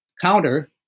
counter